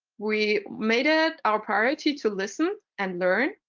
we made it our priority to listen and learn,